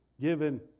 given